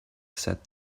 said